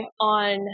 on